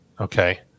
okay